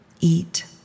eat